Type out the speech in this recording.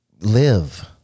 live